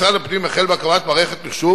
משרד הפנים החל בהקמת מערכת מחשוב